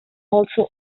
also